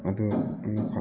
ꯑꯗꯣ ꯑꯃꯈꯛ